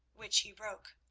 which he broke.